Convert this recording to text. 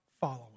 following